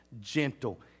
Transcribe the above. gentle